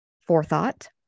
forethought